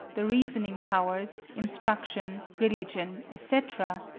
the reasoning powers, instruction, religion, etc,